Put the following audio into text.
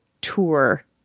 tour